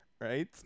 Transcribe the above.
right